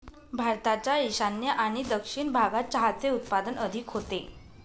भारताच्या ईशान्य आणि दक्षिण भागात चहाचे उत्पादन अधिक होते